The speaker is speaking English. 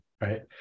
right